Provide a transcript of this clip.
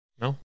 No